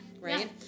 Right